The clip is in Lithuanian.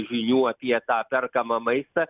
žinių apie tą perkamą maistą